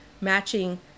matching